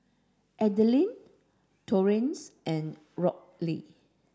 Adelia Torrence and Robley